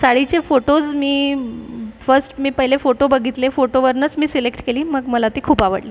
साडीचे photos मी first मी पहिले फोटो बघितले फोटोवरनंच मी सिलेक्ट केली मग मला ती खूप आवडली